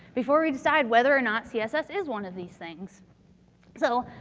before we decide whether or not css is one of these things so,